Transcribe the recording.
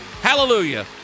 Hallelujah